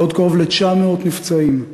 ועוד קרוב ל-900 נפצעים,